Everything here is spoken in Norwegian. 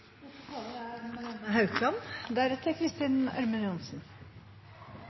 Neste taler er